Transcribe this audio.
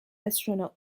astronaut